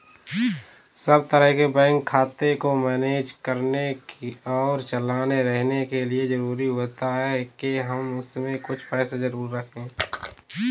सब तरह के बैंक खाते को मैनेज करने और चलाते रहने के लिए जरुरी होता है के हम उसमें कुछ पैसे जरूर रखे